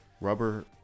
rubber